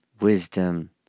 wisdom